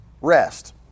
rest